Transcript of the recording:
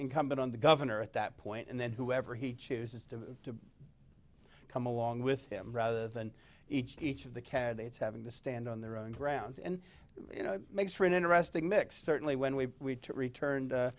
incumbent on the governor at that point and then whoever he chooses to come along with him rather than each of the candidates having to stand on their own ground and you know makes for an interesting mix certainly when we returned to